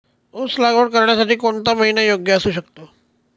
ऊस लागवड करण्यासाठी कोणता महिना योग्य असू शकतो?